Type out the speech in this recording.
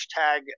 hashtag